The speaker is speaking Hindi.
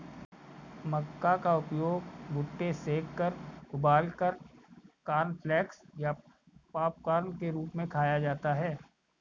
मक्का का उपयोग भुट्टे सेंककर उबालकर कॉर्नफलेक्स पॉपकार्न के रूप में खाया जाता है